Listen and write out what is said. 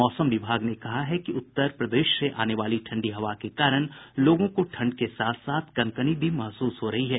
मौसम विभाग ने कहा है कि उत्तर प्रदेश से आने वाली ठंडी हवा के कारण लोगों को ठंड के साथ साथ कनकनी भी महसूस हो रही है